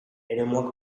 eremuak